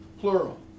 plural